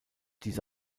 diese